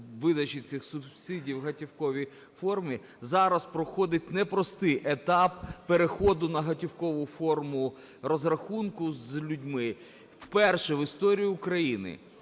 видачі цих субсидій у готівковій формі. Зараз проходить непростий етап переходу на готівкову форму розрахунку з людьми. Вперше в історії України